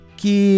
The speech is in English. que